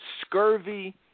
scurvy